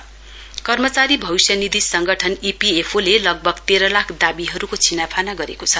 ईपीएफमो कर्मचारी भविष्य निधि संगठन ईपीएफओ ले लगभग तेह्र लाख दावीहरुको छिनाफाना गरेको छ